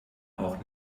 auch